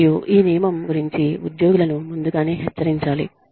మరియు ఈ నియమం గురించి ఉద్యోగులను ముందుగానే హెచ్చరించాలి